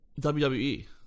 WWE